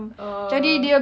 oh